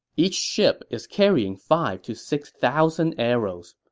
each ship is carrying five to six thousand arrows.